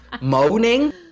moaning